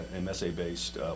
MSA-based